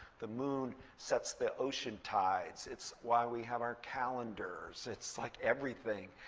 the moon sets the ocean tides. it's why we have our calendars. it's like everything.